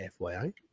fyi